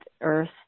Earth